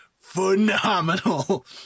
phenomenal